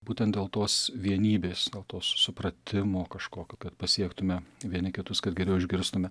būtent dėl tos vienybės dėl to supratimo kažkokio kad pasiektume vieni kitus kad geriau išgirstume